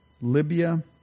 Libya